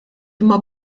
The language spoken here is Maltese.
imma